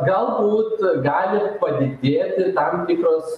galbūt gali padidėti tam tikros